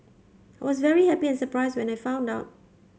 I was very happy and surprised when I found out